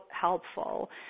helpful